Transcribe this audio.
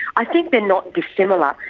i think they are not dissimilar,